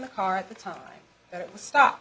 the car at the time that it was stop